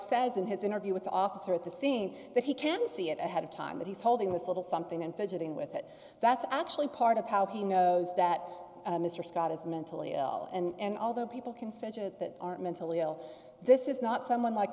said in his interview with the officer at the scene that he can see it ahead of time that he's holding this little something and visiting with it that's actually part of how he knows that mr scott is mentally ill and all the people confess that are mentally ill this is not someone like